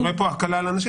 אני רואה פה הקלה לאנשים.